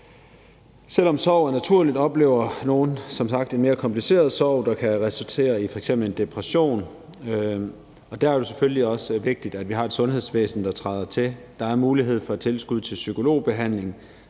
Selv om sorg er naturligt, oplever nogle som sagt en mere kompliceret sorg, der kan resultere i f.eks. en depression, og der er det jo selvfølgelig også vigtigt, at vi har et sundhedsvæsen, der træder til. Der er en mulighed for at få et tilskud til psykologbehandling,